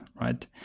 right